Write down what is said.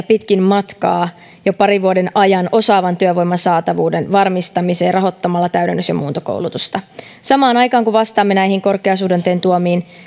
pitkin matkaa jo parin vuoden ajan osaavan työvoiman saatavuuden varmistamiseen rahoittamalla täydennys ja muuntokoulutusta samaan aikaan kun vastaamme näihin korkeasuhdanteen tuomiin